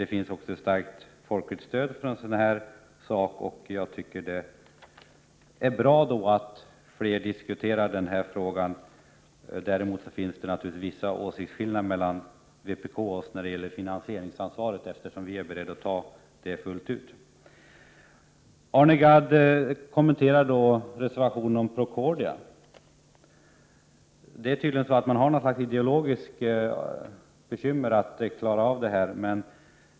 Det finns också ett starkt folkligt stöd för detta, och det är bra att frågan diskuteras av många. Det föreligger naturligtvis vissa åsiktsskillnader mellan vpk och oss när det gäller finansieringsansvaret, eftersom vi är beredda att ta det fullt ut. Arne Gadd kommenterar också reservationen om Procordia. Man har tydligen vissa ideologiska bekymmer med att klara av detta.